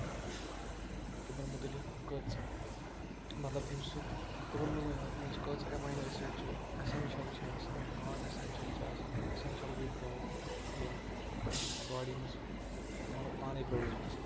تِمن مُتعلِق کٔژ مطلب اَمہِ سۭتۍ تِمن منٛز کٔژ اماینو ایسڈ چھِ ایسینٛشل چھِ آسان نان اسینشیل چھِ آسان اسینشیل گٔے تِم یِم باڈی منٛز مطلب پانے پروڈیوٗس گژھن